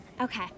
Okay